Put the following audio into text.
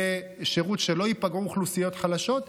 יהיה שירות שבו לא ייפגעו אוכלוסיות חלשות.